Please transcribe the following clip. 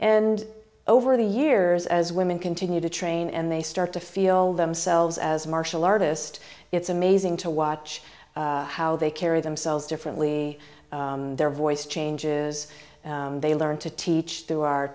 and over the years as women continue to train and they start to feel themselves as a martial artist it's amazing to watch how they carry themselves differently their voice changes they learned to teach through our